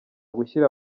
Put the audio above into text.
gushyira